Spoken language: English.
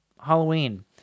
Halloween